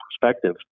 perspective